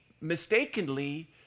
mistakenly